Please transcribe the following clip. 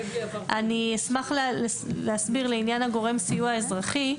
אני אשמח להסביר לעניין הגורם סיוע אזרחי.